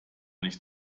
nicht